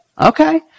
Okay